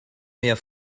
mehr